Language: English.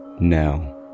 now